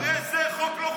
הרי זה חוק לא חוקתי.